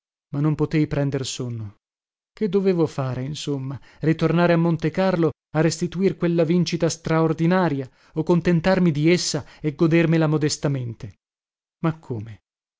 ma non potei prender sonno che dovevo fare insomma ritornare a montecarlo a restituir quella vincita straordinaria o contentarmi di essa e godermela modestamente ma come